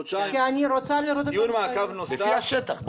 לפי מה שקורה בשטח.